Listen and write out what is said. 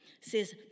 says